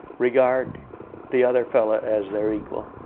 regard the other fellow as their equal.